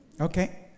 Okay